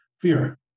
fear